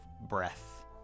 breath